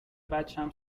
بچم